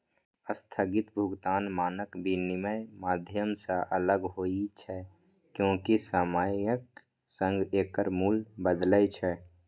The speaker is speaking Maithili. स्थगित भुगतान मानक विनमय माध्यम सं अलग होइ छै, कियैकि समयक संग एकर मूल्य बदलै छै